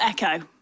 Echo